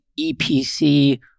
EPC